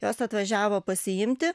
jos atvažiavo pasiimti